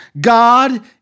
God